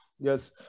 Yes